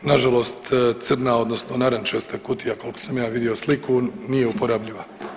Na žalost crna, odnosno narančasta kutija koliko sam ja vidio sliku nije uporabljiva.